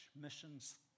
Missions